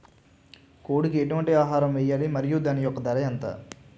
కోడి కి ఎటువంటి ఆహారం వేయాలి? మరియు దాని యెక్క ధర ఎంత?